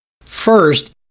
First